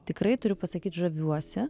tikrai turiu pasakyt žaviuosi